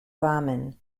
rahman